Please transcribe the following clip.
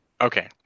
Okay